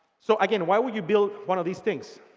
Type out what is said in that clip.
so, again, why would you build one of these things?